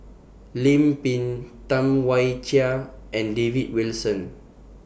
Lim Pin Tam Wai Jia and David Wilson